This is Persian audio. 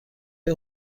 های